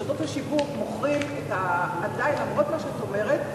ברשתות השיווק מוכרים, עדיין, למרות מה שאת אומרת,